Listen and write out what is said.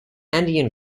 andean